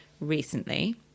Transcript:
recently